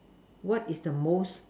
what is the most